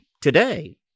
today